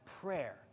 prayer